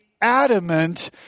adamant